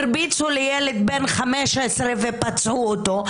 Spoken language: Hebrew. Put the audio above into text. הרביצו לילד בן 15 ופצעו אותו,